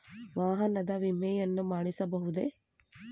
ವಾಹನದ ವಿಮೆಯನ್ನು ಮಾಡಿಸಬಹುದೇ?